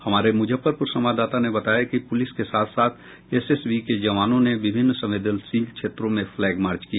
हमारे मुजफ्फरपुर संवाददाता ने बताया कि पुलिस के साथ साथ एसएसबी के जवानों ने विभिन्न संवेदनशील क्षेत्रों में फ्लैग मार्च किया